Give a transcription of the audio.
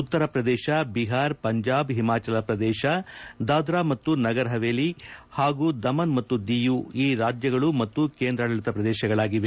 ಉತ್ತರ ಪ್ರದೇಶ ಬಿಹಾರ್ ಪಂಜಾಬ್ ಹಿಮಾಚಲ ಪ್ರದೇಶ ದಾದ್ರಾ ಮತ್ತು ನಗರ್ ಪವೇರಿ ಹಾಗೂ ದಮನ್ ಮತ್ತು ದಿಯು ಈ ರಾಜ್ಯಗಳು ಮತ್ತು ಕೇಂದ್ರಾಡಳಿತ ಪ್ರದೇಶಗಳಾಗಿವೆ